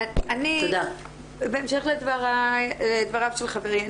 בהמשך לדבריו של חברי,